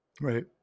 Right